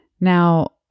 Now